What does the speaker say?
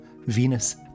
Venus